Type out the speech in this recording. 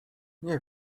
nie